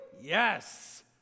Yes